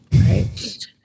Right